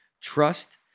trust